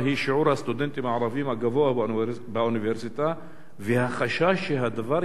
היא שיעור הסטודנטים הערבים הגבוה באוניברסיטה והחשש שהדבר